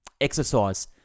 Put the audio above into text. Exercise